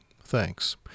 Thanks